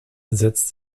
setzt